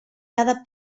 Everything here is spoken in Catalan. cada